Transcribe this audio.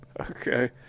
Okay